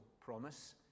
promise